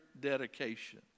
dedication